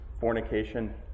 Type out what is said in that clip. fornication